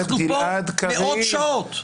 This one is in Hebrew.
אנחנו כאן מאות שעות.